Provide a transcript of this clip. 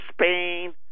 Spain